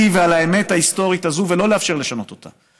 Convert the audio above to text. ועל האמת ההיסטורית הזאת ולא לאפשר לשנות אותה.